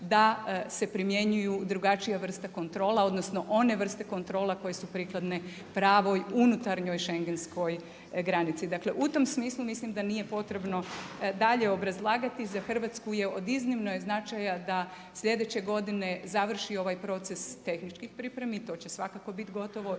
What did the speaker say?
da se primjenjuju drugačije vrste kontrola, odnosno one vrste kontrola koje su prikladne pravoj unutarnjoj Schengenskoj granici. Dakle, u tom smislu mislim da nije potrebno dalje obrazlagati. Za Hrvatsku je od iznimnog značaja da sljedeće godine završi ovaj proces tehničkih pripremi i to će svakako bit gotovo